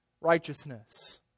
righteousness